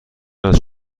است